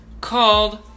called